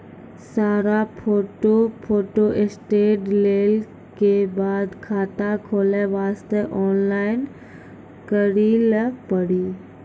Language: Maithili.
सारा फोटो फोटोस्टेट लेल के बाद खाता खोले वास्ते ऑनलाइन करिल पड़ी?